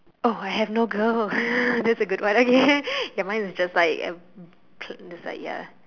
oh I have no girl that's a good one okay ya mine was just like a uh pl~ just like ya